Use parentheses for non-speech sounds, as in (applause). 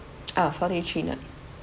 (noise) ah four day three night